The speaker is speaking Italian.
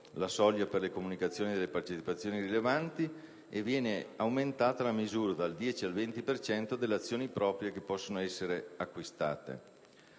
la soglia per le comunicazioni delle partecipazioni rilevanti, e viene aumentata la misura (dal 10 al 20 per cento) delle azioni proprie che possono essere acquistate.